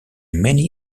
many